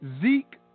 Zeke